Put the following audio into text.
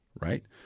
right